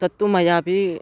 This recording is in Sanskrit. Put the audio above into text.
तत्तु मयापि